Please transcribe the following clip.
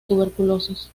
tuberculosis